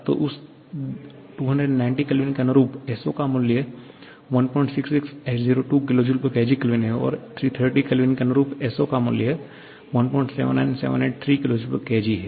तो उस 290 K के अरुरुप S0 का मूल्य 166802 kJkgK है और 330 K के अरुरुप S0 का मूल्य 179783 kJkgK है